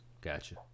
Gotcha